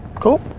cool?